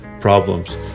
problems